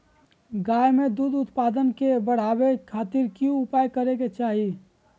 गाय में दूध उत्पादन के बढ़ावे खातिर की उपाय करें कि चाही?